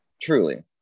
truly